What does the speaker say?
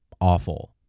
awful